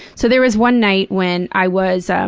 so there was one night when i was